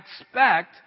expect